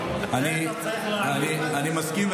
אני מסכים,